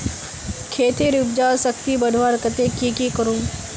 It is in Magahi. खेतेर उपजाऊ शक्ति बढ़वार केते की की करूम?